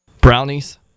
Brownies